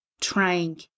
trying